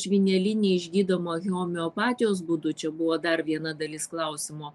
žvynelinė išgydoma homeopatijos būdu čia buvo dar viena dalis klausimo